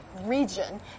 region